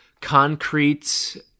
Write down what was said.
concrete